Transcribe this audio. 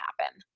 happen